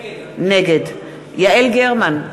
נגד יעל גרמן,